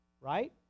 right